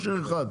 משאיר אחד,